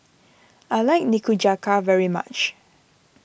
I like Nikujaga very much